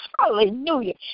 Hallelujah